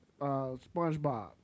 SpongeBob